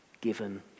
given